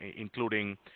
including